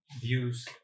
views